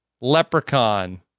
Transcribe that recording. Leprechaun